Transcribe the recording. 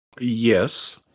Yes